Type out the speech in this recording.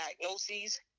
diagnoses